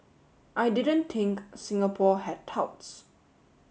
I didn't think Singapore had touts